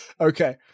Okay